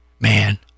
Man